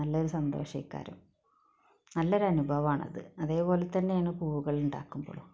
നല്ലൊരു സന്തോഷകരം നല്ലൊരു അനുഭവമാണത് അതുപോലെ തന്നെയാണ് പൂവുകള് ഉണ്ടാകുമ്പോളും